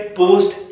post